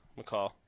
McCall